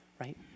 right